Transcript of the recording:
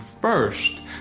first